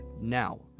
now